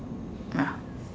ya